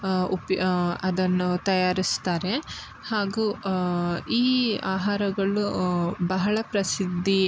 ಉಪ್ಪು ಅದನ್ನು ತಯಾರಿಸ್ತಾರೆ ಹಾಗೂ ಈ ಆಹಾರಗಳು ಬಹಳ ಪ್ರಸಿದ್ಧಿ